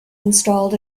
installed